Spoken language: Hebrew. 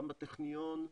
גם בטכניון,